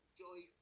Joy